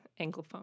anglophone